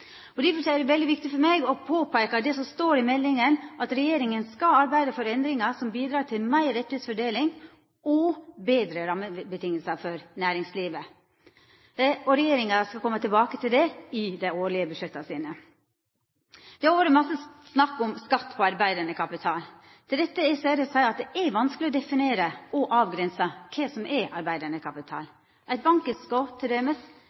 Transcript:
Difor er det veldig viktig for meg å påpeika det som står i meldinga, at regjeringa skal arbeida for endringar som bidreg til meir rettvis fordeling og betre rammevilkår for næringslivet. Regjeringa skal koma tilbake til det i dei årlege budsjetta sine. Det har vore mykje snakk om skatt på arbeidande kapital. Til dette er det å seia at det er vanskeleg å definera og avgrensa kva som er arbeidande